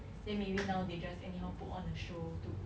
then maybe now they just anyhow put on a show to